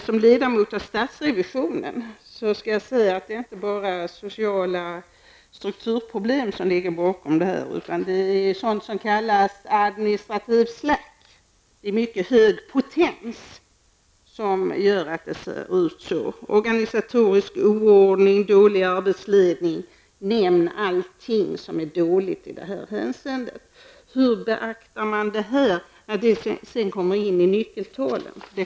Som ledamot av stadsrevisionen måste jag säga att det inte bara är sociala strukturproblem som ligger bakom, utan det är också sådant som kallas administrativ ''slack'' av mycket hög potens som gör att det ser ut som det gör. Vidare handlar det om organisatorisk oordning, dålig arbetsledning osv. Hur beaktar man sådana saker när det sedan gäller nyckeltalen?